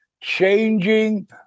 changing